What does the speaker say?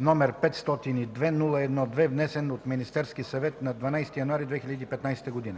№ 502-01-2, внесен от Министерския съвет на 12 януари 2015 г.